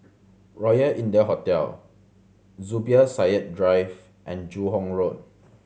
Royal India Hotel Zubir Said Drive and Joo Hong Road